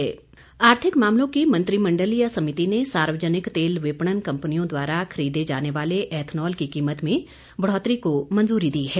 मंत्रिमंडलीय समिति आर्थिक मामलों की मंत्रिमंडलीय समिति ने सार्वजनिक तेल विपणन कम्पनियों द्वारा खरीदे जाने वाले एथनॉल की कीमत में बढोतरी को मंजूरी दी है